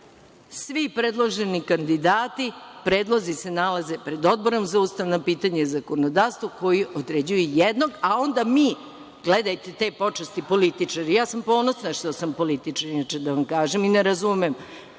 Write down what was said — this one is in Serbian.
Svi predloženi kandidati, predlozi se nalaze pred Odborom za ustavna pitanja i zakonodavstvo koji određuje jednog, a onda mi, gledajte te počasti političari. Ja sam ponosna što sam političar, da vam kažem i ne razumem